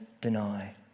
deny